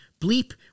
Bleep